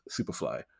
Superfly